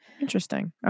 interesting